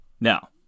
Now